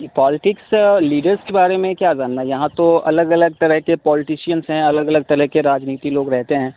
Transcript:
politics leaders کے بارے میں کیا کرنا ہے یہاں تو الگ الگ طرح کے پالٹیشینس ہیں الگ الگ طرح کے راجنیتی لوگ رہتے ہیں